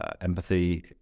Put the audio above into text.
empathy